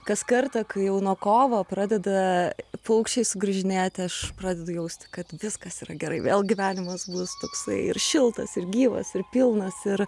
kas kartą kai jau nuo kovo pradeda paukščiais sugrįžinėti aš pradedu jausti kad viskas yra gerai vėl gyvenimas bus toksai ir šiltas ir gyvas ir pilnas ir